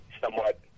somewhat